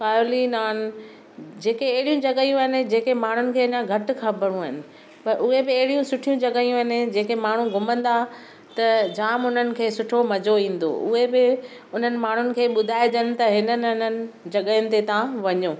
तार्ली नान जेके अहिड़ियूं जॻहियूं आहिनि जेके माण्हुनि खे अञा घटु खबर आहिनि पर उहे बि अहिड़ियूं सुठियूं जॻहियूं आहिनि जेके माण्हू घुमंदा त जामु उन्हनि खे सुठो मज़ो ईंदो उहे बि उन्हनि माण्हुनि खे ॿुधाइजन त हिननि हिननि जॻहियुनि ते तव्हां वञो